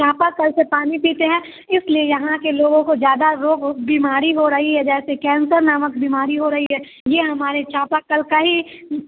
चापाकल से पानी पीते हैं इसलिए यहाँ के लोगों को ज़्यादा रोग बीमारी हो रही है जैसे कैंसर नामक बीमारी हो रही है यह हमारे चापाकल का ही